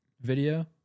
video